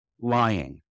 lying